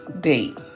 date